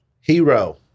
Hero